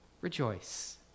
Rejoice